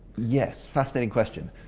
yes. fascinating question.